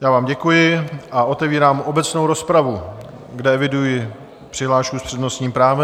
Já vám děkuji a otevírám obecnou rozpravu, kde eviduji přihlášku s přednostním právem.